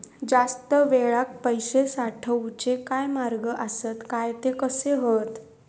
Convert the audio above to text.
जास्त वेळाक पैशे साठवूचे काय मार्ग आसत काय ते कसे हत?